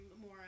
more